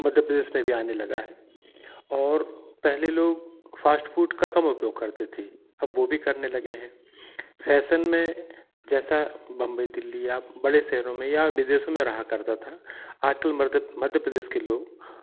मध्य प्रदेश में भी आने लगा है और पहले लोग फास्ट फूड का कम उपयोग करते थे अब वो भी करने लगे हैं फैशन में जैसा बंबई दिल्ली या बड़े शहरों में या विदेशों रहा करता था आजकल मध्य प्रदेश के लोग